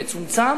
מצומצם,